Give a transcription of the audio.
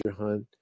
hunt